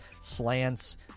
slants